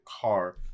car